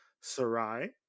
Sarai